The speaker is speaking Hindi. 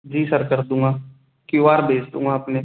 जी सर कर दूँगा क्यू आर भेज दूँ अपने